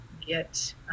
get